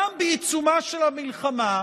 גם בעיצומה של המלחמה,